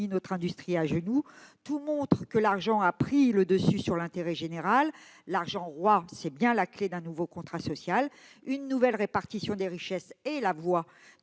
notre industrie. Tout démontre que l'argent a pris le dessus sur l'intérêt général. L'argent roi est bien la clé d'un nouveau contrat social. Une nouvelle répartition des richesses est la voie